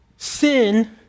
Sin